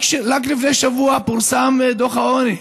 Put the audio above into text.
רק לפני שבוע פורסם דוח העוני.